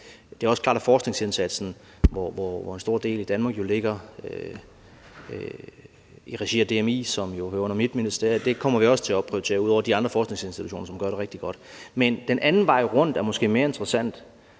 Det er også klart, at forskningsindsatsen, hvoraf en stor del i Danmark jo ligger i regi af DMI, som jo hører under mit ministerie, kommer vi også til at opprioritere – ud over de andre forskningsinstitutioner, som gør det rigtig godt. Men den anden vej rundt er måske mere interessant.